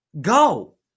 Go